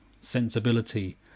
sensibility